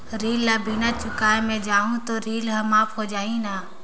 ऋण ला बिना चुकाय अगर मै जाहूं तो ऋण माफ हो जाही न?